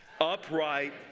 upright